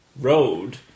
road